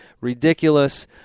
ridiculous